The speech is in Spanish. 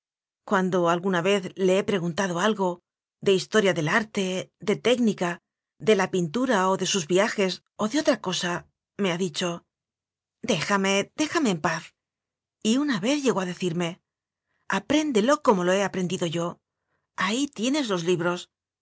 cuando alguna vez le he preguntado algo de historia del arte de técnica de la pintura o de sus viajes o de otra cosa me ha dicho déjame déjame en paz y una vez llegó a decirme apréndelo como lohe aprenv dido yo ahí tienes los libros